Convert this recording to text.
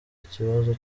ikibazo